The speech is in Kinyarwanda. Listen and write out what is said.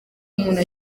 umuntu